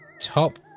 top